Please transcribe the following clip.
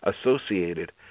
associated